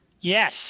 Yes